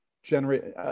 Generate